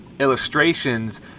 illustrations